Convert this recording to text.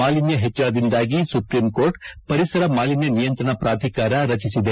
ಮಾಲಿನ್ನ ಹೆಚ್ಲಳದಿಂದಾಗಿ ಸುಪ್ರೀಂಕೋರ್ಟ್ ಪರಿಸರ ಮಾಲಿನ್ಯ ನಿಯಂತ್ರಣ ಪ್ರಾಧಿಕಾರ ರಚಿಸಿದೆ